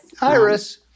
Iris